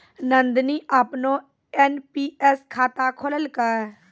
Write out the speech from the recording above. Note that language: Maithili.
नंदनी अपनो एन.पी.एस खाता खोललकै